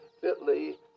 fitly